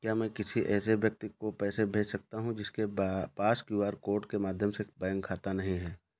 क्या मैं किसी ऐसे व्यक्ति को पैसे भेज सकता हूँ जिसके पास क्यू.आर कोड के माध्यम से बैंक खाता नहीं है?